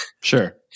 sure